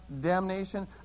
damnation